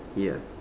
ya